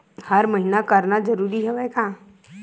हर महीना करना जरूरी हवय का?